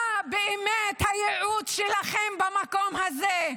מה באמת הייעוד שלכם במקום הזה?